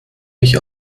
mich